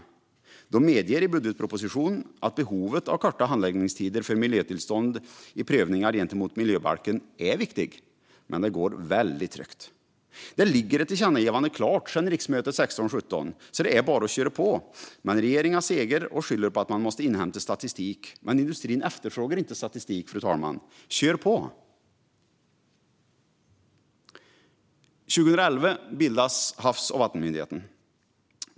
Man medger i budgetpropositionen att behovet av kortade handläggningstider för miljötillstånd i prövningar gentemot miljöbalken är viktigt, men det går väldigt trögt. Det ligger ett tillkännagivande färdigt sedan riksmötet 2016/17, så det är bara att köra på. Men regeringen segar och skyller på att man måste inhämta statistik. Industrin efterfrågar inte statistik, fru talman. Kör på! År 2011 bildades Havs och vattenmyndigheten.